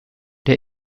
der